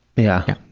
yeah.